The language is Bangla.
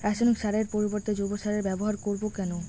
রাসায়নিক সারের পরিবর্তে জৈব সারের ব্যবহার করব কেন?